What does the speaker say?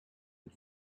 and